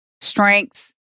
strengths